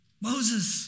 Moses